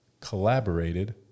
collaborated